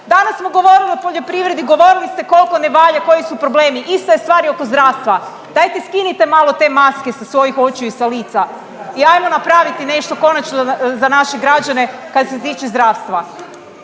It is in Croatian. Danas smo govorili o poljoprivredi, govorili ste kolko ne valja, koji su problemi, ista je stvar i oko zdravstva. Dajte skinite malo te maske sa svojih očiju i sa lica i ajmo napraviti nešto konačno za naše građane kad se tiče zdravstva.